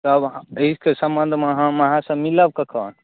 तब एहिके सम्बन्धमे हम अहाँसँ मिलब कखन